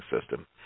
System